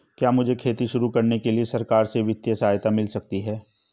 क्या मुझे खेती शुरू करने के लिए सरकार से वित्तीय सहायता मिल सकती है?